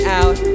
out